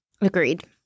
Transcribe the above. Agreed